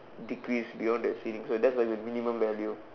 decrease beyond that ceiling so that's like the minimum value